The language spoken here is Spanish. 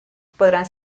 podrán